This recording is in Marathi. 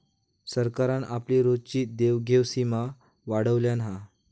सरकारान आपली रोजची देवघेव सीमा वाढयल्यान हा